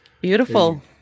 Beautiful